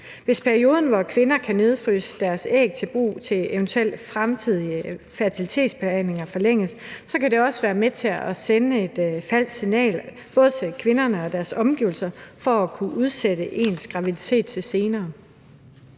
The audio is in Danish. Hvis perioden, hvor kvinder kan nedfryse deres æg til brug til eventuelle fremtidige fertilitetsbehandlinger, forlænges, kan det også være med til at sende et falsk signal, både til kvinderne og til deres omgivelser, om at kunne udsætte ens graviditet til senere.